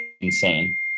insane